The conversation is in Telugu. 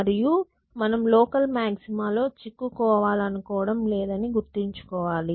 మరియు మనము లోకల్ మాగ్జిమాలో చిక్కుకోవాలనుకోవడం లేదని గుర్తుంచుకోవాలి